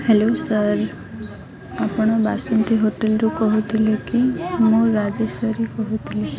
hello sir ଆପଣ ବାସନ୍ତି ହୋଟେଲରୁ କହୁଥିଲେ କି ମୁଁ ରାଜେଶ୍ୱରୀ କହୁଥିଲି